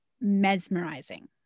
mesmerizing